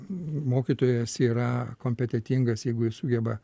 mokytojas yra kompetetingas jeigu jis sugeba